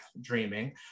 dreaming